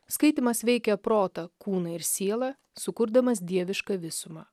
skaitymas veikia protą kūną ir sielą sukurdamas dievišką visumą